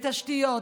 בתשתיות,